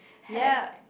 yep